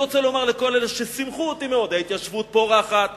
אני רוצה לומר לכל אלה ששימחו אותי מאוד: ההתיישבות פורחת,